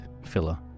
filler